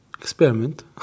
experiment